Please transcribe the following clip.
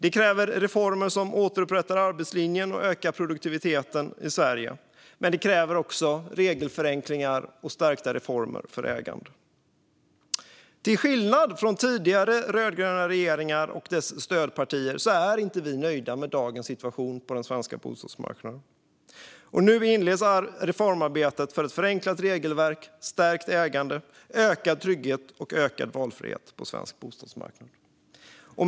Detta kräver reformer som återupprättar arbetslinjen och ökar produktiviteten i Sverige, men det kräver också regelförenklingar och stärkta reformer för ägande. Till skillnad från tidigare rödgröna regeringar och deras stödpartier är vi inte nöjda med dagens situation på den svenska bostadsmarknaden. Nu inleds reformarbetet för ett förenklat regelverk, stärkt ägande, ökad trygghet och ökad valfrihet på svensk bostadsmarknad.